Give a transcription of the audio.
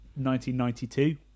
1992